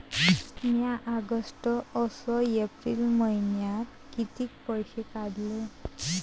म्या ऑगस्ट अस एप्रिल मइन्यात कितीक पैसे काढले?